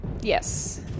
Yes